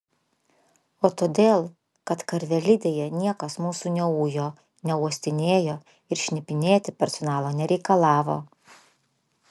o todėl kad karvelidėje niekas mūsų neujo neuostinėjo ir šnipinėti personalo nereikalavo